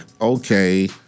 okay